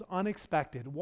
unexpected